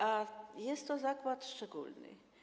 A jest to zakład szczególny.